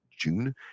june